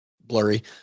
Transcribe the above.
blurry